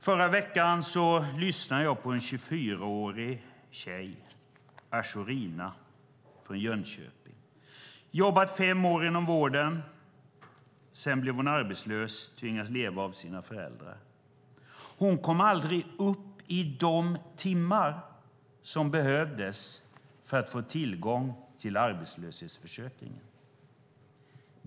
Förra veckan lyssnade jag på en 24-årig tjej, Ashorina, från Jönköping. Hon jobbade fem år inom vården. Sedan blev hon arbetslös, och tvingas leva på sina föräldrar. Hon kom aldrig upp i de timmar som behövdes för att få tillgång till arbetslöshetsförsäkringen.